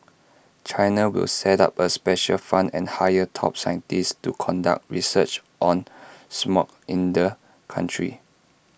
China will set up A special fund and hire top scientists to conduct research on smog in the country